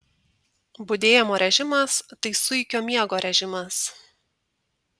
budėjimo režimas tai zuikio miego režimas